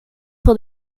for